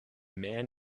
man